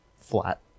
flat